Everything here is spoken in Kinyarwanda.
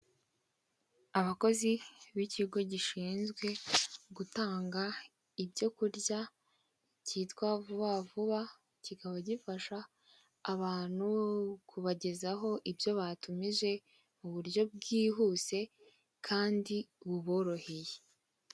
Abakozi b'ikigo gishinzwe gutanga ibyo kurya cyitwa vuba vuba, kikaba gifasha abantu kubagezaho ibyo batumije mu buryo bwihuse, kandi buboroheye.